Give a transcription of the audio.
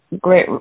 great